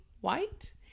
White